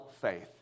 faith